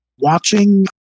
watching